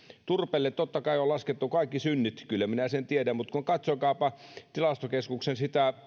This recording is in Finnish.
turpeelle totta kai on laskettu kaikki synnit kyllä minä sen tiedän mutta katsokaapa sitä tilastokeskuksen